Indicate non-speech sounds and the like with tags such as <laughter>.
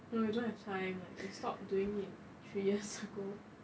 no we don't have time we stopped doing it three years <laughs> ago